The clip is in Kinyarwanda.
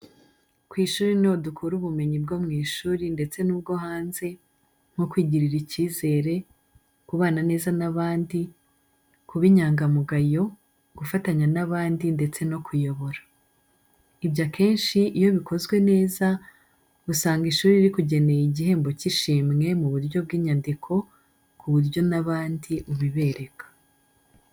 Ku ishuri niho dukura ubumenyi bwo mu ishuri ndetse n’ubwo hanze, nko kwigirira icyizere, kubana neza n’abandi, kuba inyangamugayo, gufatanya n’abandi ndetse no kuyobora. Ibyo akenshi iyo bikozwe neza, usanga ishuri rikugeneye igihembo cy’ishimwe mu buryo bw’inyandiko, ku buryo n’abandi ubibereka.